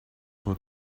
for